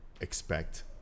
expect